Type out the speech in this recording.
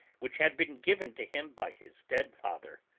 which had been given to him by his dead father.